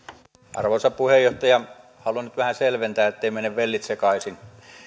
arvoisa puheenjohtaja haluan nyt vähän selventää etteivät mene vellit sekaisin